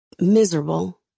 miserable